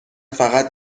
فقط